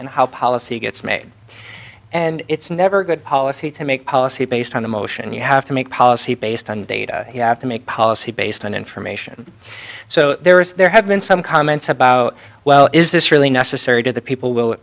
and how policy gets made and it's never good policy to make policy based on emotion and you have to make policy based on data you have to make policy based on information so there is there have been some comments about well is this really necessary to the people will